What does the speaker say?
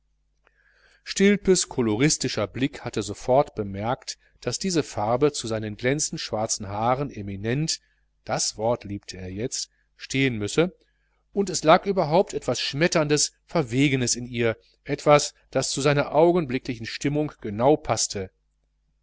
stilpes koloristischer blick hatte sofort bemerkt daß diese farbe zu seinen glänzend schwarzen haaren eminent das wort liebte er jetzt stehen müsse und es lag überhaupt etwas schmetterndes verwegenes in ihr etwas das zu seiner augenblicklichen stimmung genau paßte